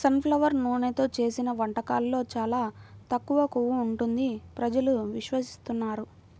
sun flower నూనెతో చేసిన వంటకాల్లో చాలా తక్కువ కొవ్వు ఉంటుంది ప్రజలు విశ్వసిస్తున్నారు